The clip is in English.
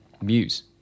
Muse